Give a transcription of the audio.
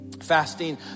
Fasting